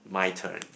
my turn